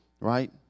Right